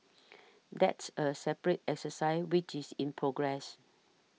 that's a separate exercise which is in progress